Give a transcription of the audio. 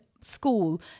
school